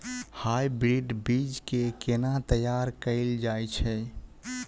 Hybrid बीज केँ केना तैयार कैल जाय छै?